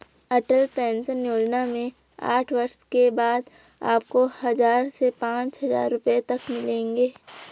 अटल pension Yojana में साठ वर्ष के बाद आपको हज़ार से पांच हज़ार रुपए तक मिलेंगे